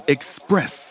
Express